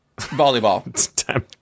volleyball